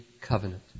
covenant